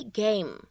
game